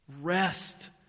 Rest